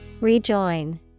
Rejoin